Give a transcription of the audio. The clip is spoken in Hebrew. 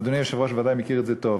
אדוני היושב-ראש בוודאי מכיר את זה טוב: